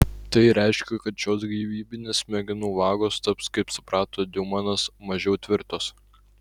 tai reiškia kad šios gyvybinės smegenų vagos taps kaip suprato diumonas mažiau tvirtos